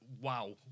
wow